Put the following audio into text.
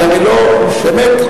אני לא מבין למה אתה מפריע.